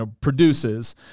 produces